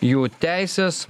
jų teises